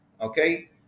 okay